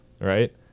Right